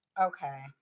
Okay